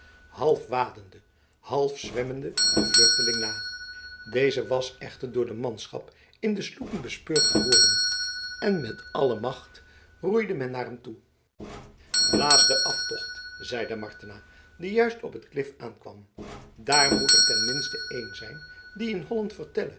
half wadende half zwemmende den vluchteling na deze was echter door de manschap in de sloepen bespeurd geworden en met alle macht roeide men naar hem toe blaas den aftocht zeide martena die juist op het klif aankwam daar moet er ten minste één zijn die in holland